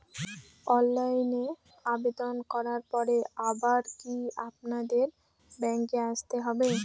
অনলাইনে আবেদন করার পরে আবার কি আপনাদের ব্যাঙ্কে আসতে হবে?